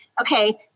okay